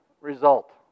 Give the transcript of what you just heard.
result